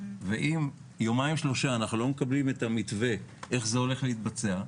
אם תוך יומיים שלושה אנחנו לא מקבלים את המתווה איך זה הולך להתבצע,